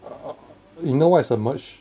err you know what is a merge